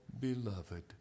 beloved